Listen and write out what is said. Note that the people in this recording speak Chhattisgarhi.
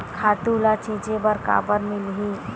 खातु ल छिंचे बर काबर मिलही?